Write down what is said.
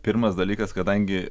pirmas dalykas kadangi